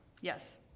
Yes